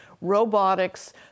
robotics